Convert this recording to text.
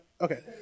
Okay